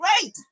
Great